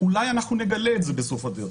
אולי נגלה את זה בסוף הדרך.